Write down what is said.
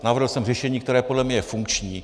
Navrhl jsem řešení, které podle mě je funkční.